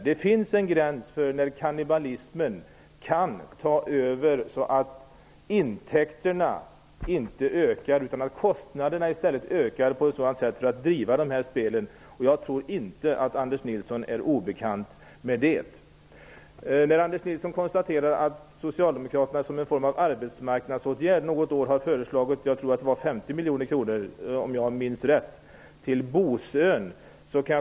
Det finns en gräns där kannibalismen kan ta över, så att intäkterna inte ökar utan kostnaderna för att driva det här spelet i stället ökar. Jag tror inte att det är obekant för Anders Nilsson. Anders Nilsson konstaterar att Socialdemokraterna något år som en form av arbetsmarknadsåtgärd föreslog 50 miljoner kronor -- om jag minns rätt -- till Bosön.